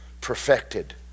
perfected